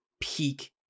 peak